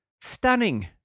Stunning